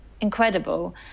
incredible